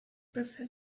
prefer